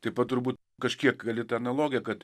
taip pat turbūt kažkiek gali tą analogiją kad